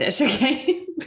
Okay